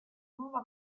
nuova